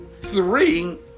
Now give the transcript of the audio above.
three